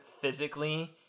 physically